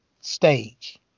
stage